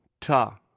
Ta